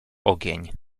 ogień